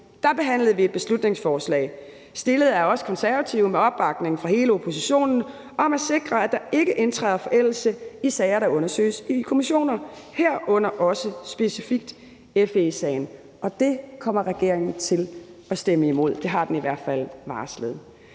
uge behandlede vi et beslutningsforslag fremsat af os Konservative med opbakning fra hele oppositionen om at sikre, at der ikke indtræder forældelse i sager, der undersøges i kommissioner, herunder specifikt FE-sagen, og det kommer regeringen til at stemme imod. Det har den i hvert fald varslet.